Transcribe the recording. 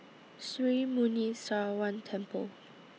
Sri Muneeswaran Temple